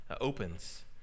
opens